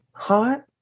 Hot